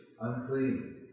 Unclean